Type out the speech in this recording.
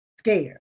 scared